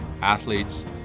athletes